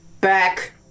back